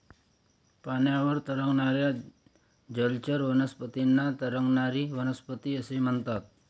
पाण्यावर तरंगणाऱ्या जलचर वनस्पतींना तरंगणारी वनस्पती असे म्हणतात